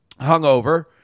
hungover